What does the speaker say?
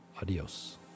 adios